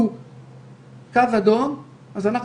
לעשות את העבודה גם עם ויצ"ו,